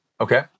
Okay